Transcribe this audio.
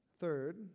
Third